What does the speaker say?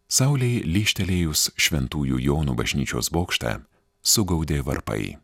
saulei lyžtelėjus šventųjų jonų bažnyčios bokštą sugaudė varpai